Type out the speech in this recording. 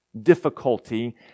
difficulty